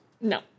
No